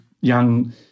young